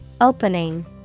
Opening